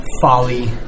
Folly